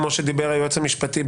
כמו שדיבר היועץ המשפטי,